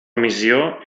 missió